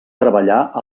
treballar